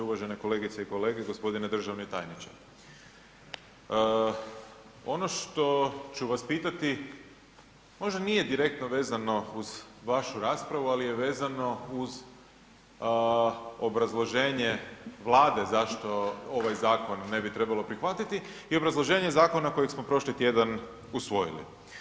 Uvažene kolegice i kolege, gospodine državni tajniče, ono što ću vas pitati možda nije direktno vezano uz vašu raspravu, ali je vezano uz obrazloženje Vlade zašto ovaj zakon ne bi trebalo prihvatiti i obrazloženje zakona kojeg smo prošli tjedan usvojili.